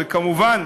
וכמובן,